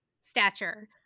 stature